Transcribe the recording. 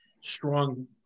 strong